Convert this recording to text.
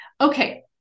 okay